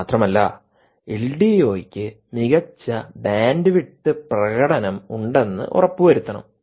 മാത്രമല്ല എൽഡിഒയ്ക്ക് മികച്ച ബാൻഡ്വിഡ്ത്ത് പ്രകടനം ഉണ്ടെന്ന് ഉറപ്പുവരുത്തുണം